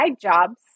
jobs